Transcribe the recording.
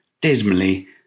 dismally